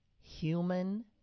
Human